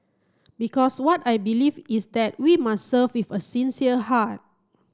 because what I believe is that we must serve with a sincere heart